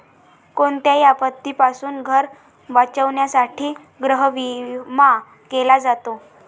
कोणत्याही आपत्तीपासून घर वाचवण्यासाठी गृहविमा केला जातो